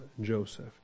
Joseph